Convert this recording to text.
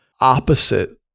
opposite